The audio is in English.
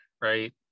right